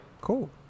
Cool